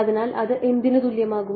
അതിനാൽ അത് എന്തിനു തുല്യമാകും